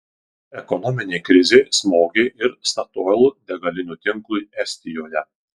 ekonominė krizė smogė ir statoil degalinių tinklui estijoje